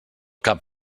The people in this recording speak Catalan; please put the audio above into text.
cap